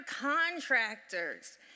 contractors